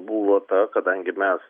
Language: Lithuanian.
buvo ta kadangi mes